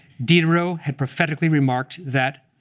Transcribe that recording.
diderot had prophetically remarked that,